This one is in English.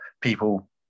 people